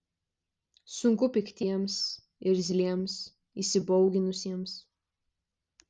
sunku piktiems irzliems įsibauginusiems